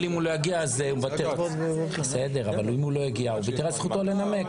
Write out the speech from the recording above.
אבל אם הוא לא יגיע היא מוותר על זכותו לנמק.